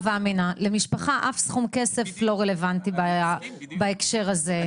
למשפחה אף סכום כסף לא רלוונטי בהקשר הזה.